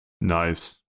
Nice